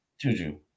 Juju